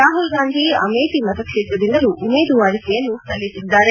ರಾಹುಲ್ ಗಾಂಧಿ ಅಮೇರಿ ಮತಕ್ಷೇತ್ರದಿಂದಲೂ ಉಮೇದುವಾರಿಕೆಯನ್ನು ಸಲ್ಲಿಸಿದ್ದಾರೆ